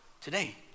today